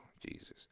Jesus